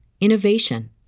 innovation